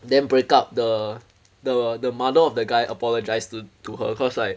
then breakup the the the mother of the guy apologize to to her cause like